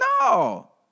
No